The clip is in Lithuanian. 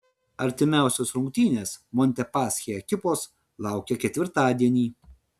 artimiausios rungtynės montepaschi ekipos laukia ketvirtadienį